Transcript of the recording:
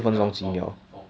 ya four four